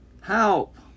Help